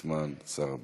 עצמם פלסטינים רדיקליים,